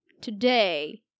today